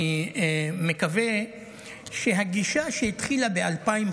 אני מקווה שהגישה שהתחילה ב-2015,